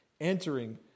entering